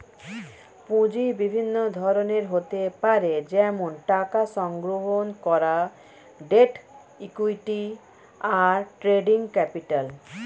পুঁজি বিভিন্ন ধরনের হতে পারে যেমন টাকা সংগ্রহণ করা, ডেট, ইক্যুইটি, আর ট্রেডিং ক্যাপিটাল